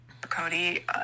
Cody